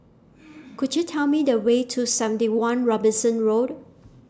Could YOU Tell Me The Way to seventy one Robinson Road